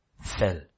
fell